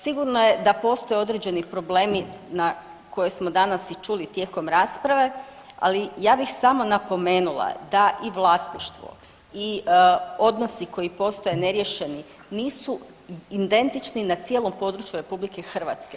Sigurno je da postoje određeni problemi na koje smo danas i čuli tijekom rasprave, ali ja bih samo napomenula da i vlasništvo i odnosi koji postoje neriješeni nisu identični na cijelom području RH.